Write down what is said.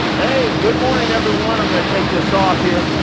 good morning, everyone. i'm going to take this off here.